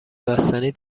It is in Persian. بستنی